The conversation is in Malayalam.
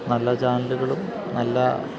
നല്ല ചാനലുകളും നല്ല